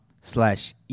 slash